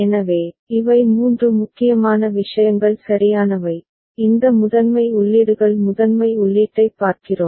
எனவே இவை மூன்று முக்கியமான விஷயங்கள் சரியானவை இந்த முதன்மை உள்ளீடுகள் முதன்மை உள்ளீட்டைப் பார்க்கிறோம்